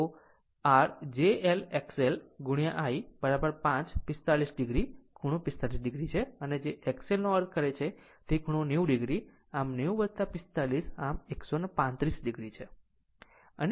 તો rr j L XL I I 5 45 o ખૂણો 45 o અને જે XL નો અર્થ એ છે કે તે ખૂણો 90 o આમ 90 45 આમ 135 o છે